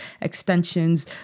extensions